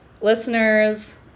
listeners